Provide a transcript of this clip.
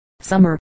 summer